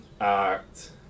act